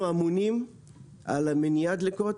אנחנו אמונים על מניעת דלקות